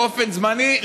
באופן זמני,